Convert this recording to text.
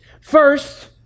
First